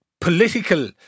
political